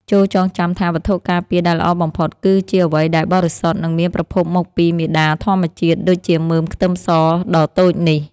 ចូរចងចាំថាវត្ថុការពារដែលល្អបំផុតគឺជាអ្វីដែលបរិសុទ្ធនិងមានប្រភពមកពីមាតាធម្មជាតិដូចជាមើមខ្ទឹមសដ៏តូចនេះ។